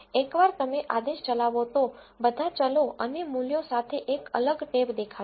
એકવાર તમે આદેશ ચલાવો તો બધા ચલો અને મૂલ્યો સાથે એક અલગ ટેબ દેખાશે